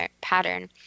pattern